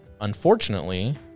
unfortunately